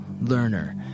learner